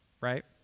right